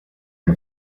and